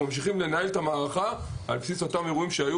ממשיכים לנהל את המערכה על בסיס אותם אירועים.